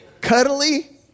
cuddly